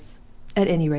at any rate,